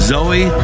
Zoe